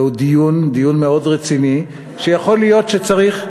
זהו דיון, דיון מאוד רציני, שיכול להיות שצריך,